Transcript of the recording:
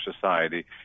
society